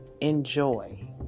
enjoy